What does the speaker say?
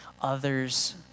others